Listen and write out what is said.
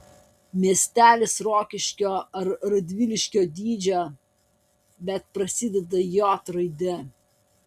miestelis rokiškio ar radviliškio dydžio bet prasideda j raide